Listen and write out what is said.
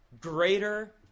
greater